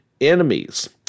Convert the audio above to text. enemies